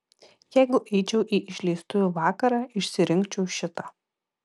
jeigu eičiau į išleistuvių vakarą išsirinkčiau šitą